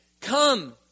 Come